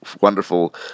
wonderful